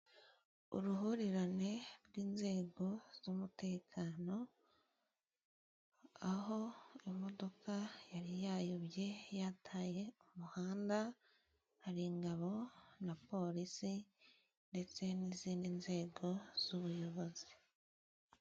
Uruhurirane rw'inzego z'umutekano, aho imodoka yari yayobye, yataye umuhanda. Hari ingabo na polisi ndetse n'izindi nzego z'ubuyobozi.